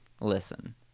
listen